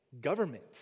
government